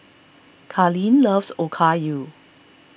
Carleen loves Okayu